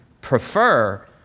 prefer